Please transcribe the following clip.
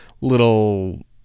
little